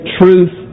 truth